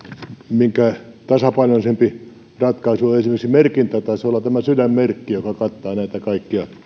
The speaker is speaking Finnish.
tasapainoisempi ratkaisu on esimerkiksi merkintä taisi olla tämä sydänmerkki joka kattaa nämä kaikki